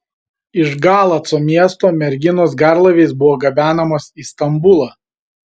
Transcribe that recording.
iš galaco miesto merginos garlaiviais buvo gabenamos į stambulą